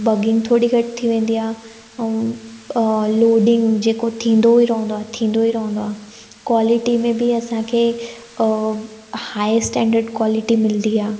bugging थोरी घटि थी वेंदी आहे ऐं अ लोडिंग जेको थींदो ई रहंदो आहे थींदो ई रहंदो आहे क्वालिटी में बि असांखे अ हाइ स्टैंडर्ड क्वालिटी मिलंदी आहे